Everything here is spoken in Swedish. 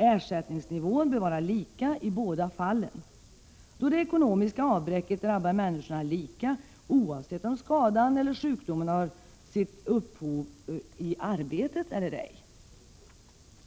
Ersättningsnivån bör vara lika i båda fallen, då det ekonomiska avbräcket drabbar människorna lika oavsett om skadan/sjukdomen har sitt upphov i arbetet eller ej.